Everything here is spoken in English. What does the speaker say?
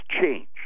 change